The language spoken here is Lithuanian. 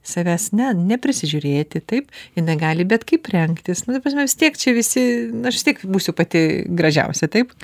savęs ne neprisižiūrėti taip jinai gali bet kaip rengtis nu ta prasme vis tiek čia visi nu aš vis tiek būsiu pati gražiausia taip